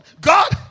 God